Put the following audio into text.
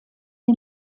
den